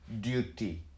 duty